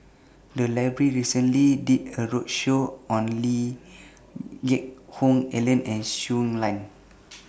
The Library recently did A roadshow on Lee Geck Hoon Ellen and Shui Lan